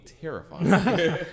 terrifying